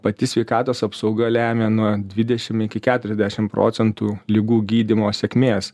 pati sveikatos apsauga lemia nuo dvidešim iki keturiasdešim procentų ligų gydymo sėkmės